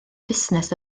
fusnes